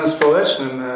społecznym